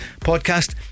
podcast